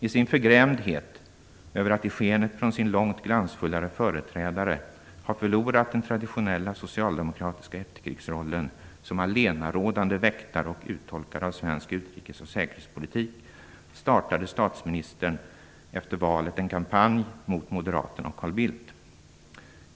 I sin förgrämdhet över att i skenet från sin långt glansfullare företrädare ha förlorat den traditionella socialdemokratiska efterkrigsrollen som allenarådande väktare och uttolkare av svensk utrikes och säkerhetspolitik startade statsministern efter valet en kampanj mot Moderaterna och Carl Bildt.